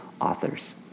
authors